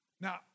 Now